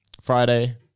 Friday